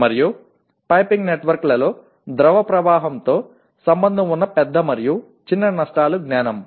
మరియు పైపింగ్ నెట్వర్క్లలో ద్రవ ప్రవాహంతో సంబంధం ఉన్న పెద్ద మరియు చిన్న నష్టాలు జ్ఞానం